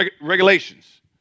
regulations